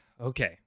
Okay